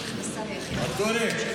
ואטורי,